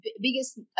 biggest